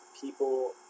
people